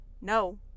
No